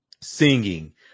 singing